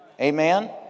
Amen